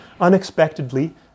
unexpectedly